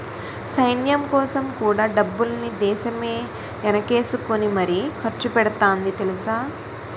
సైన్యంకోసం కూడా డబ్బుల్ని దేశమే ఎనకేసుకుని మరీ ఖర్చుపెడతాంది తెలుసా?